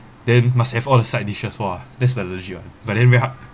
then must have all the side dishes !wah! that's the legit one but then very hard